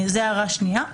זו ההערה השנייה.